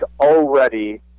already